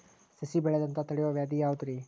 ಸಸಿ ಬೆಳೆಯದಂತ ತಡಿಯೋ ವ್ಯಾಧಿ ಯಾವುದು ರಿ?